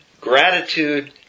gratitude